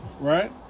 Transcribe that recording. Right